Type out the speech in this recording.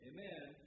Amen